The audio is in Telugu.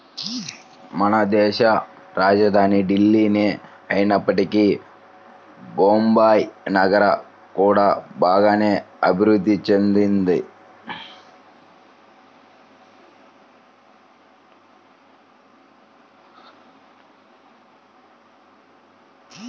మనదేశ రాజధాని ఢిల్లీనే అయినప్పటికీ బొంబాయి నగరం కూడా బాగానే అభిరుద్ధి చెందింది